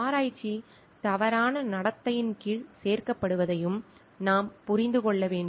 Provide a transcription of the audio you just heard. ஆராய்ச்சி தவறான நடத்தையின் கீழ் சேர்க்கப்படுவதையும் நாம் புரிந்து கொள்ள வேண்டும்